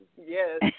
Yes